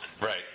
Right